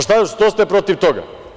Što ste protiv toga?